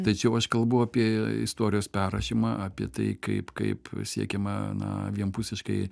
tačiau aš kalbu apie istorijos perrašymą apie tai kaip kaip siekiama na vienpusiškai